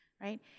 Right